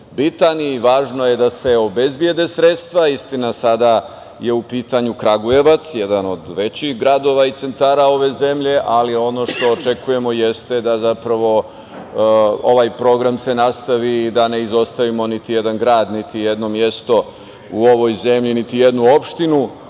bitan i važno je da se obezbede sredstva. Istina, sada je u pitanju Kragujevac, jedan od većih gradova i centara ove zemlje, ali ono što očekujemo jeste da se ovaj program nastavi i da ne izostavimo ni jedan grad, niti jedno mesto u ovoj zemlji, niti jednu opštinu